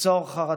יקצור חרטה.